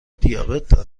دیابت